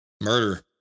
Murder